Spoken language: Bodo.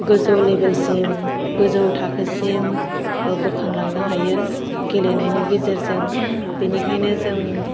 गोजौ लेभेल सिम गोजौ थाखोसिम बोखांलांनो हायो गेलेनायनि गेजेरजों बेनिखायनो जों